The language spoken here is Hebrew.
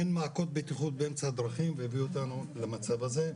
אין מעקות בטיחות באמצע הדרכים וזה הביא אותנו למצב הזה,